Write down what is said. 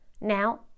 Now